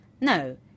No